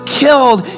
killed